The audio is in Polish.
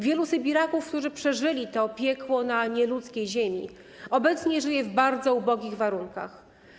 Wielu sybiraków, którzy przeżyli to piekło na nieludzkiej ziemi, obecnie żyje w bardzo ubogich warunkach.